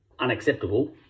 unacceptable